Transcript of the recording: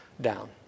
down